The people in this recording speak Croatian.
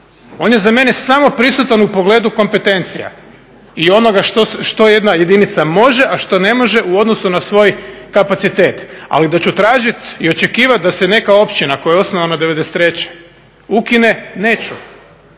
On je za mene samo prisutan u pogledu kompetencija i onoga što jedna jedinica može, a što ne može u odnosu na svoj kapacitet. Ali da ću tražiti i očekivati da se neka općina koja je osnovana '93. ukine, neću.